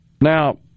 Now